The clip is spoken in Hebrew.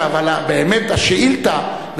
אבל באמת השאילתא,